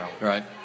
Right